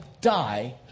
die